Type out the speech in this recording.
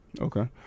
Okay